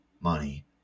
money